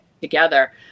together